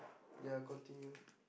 ya continue